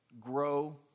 grow